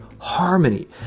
harmony